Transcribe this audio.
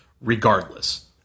Regardless